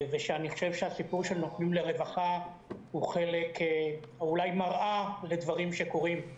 ואני חושב שהסיפור שנותנים לרווחה הוא אולי מראה לדברים שקורים.